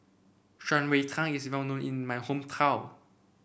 Shan Rui Tang is well known in my hometown